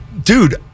Dude